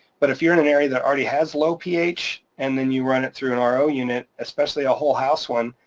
but if you're in an area that already has low ph, and then you run it through an ah ro unit, especially a whole house one,